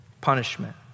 punishment